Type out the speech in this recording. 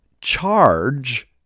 charge